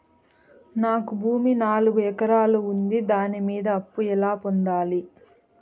నాకు భూమి నాలుగు ఎకరాలు ఉంది దాని మీద అప్పు ఎలా పొందాలి?